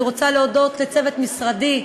אני רוצה להודות לצוות משרדי,